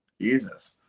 Jesus